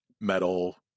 metal